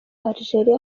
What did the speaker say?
algeria